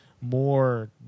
more